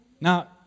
Now